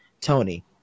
Tony